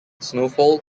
snowfall